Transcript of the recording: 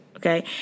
Okay